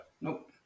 Nope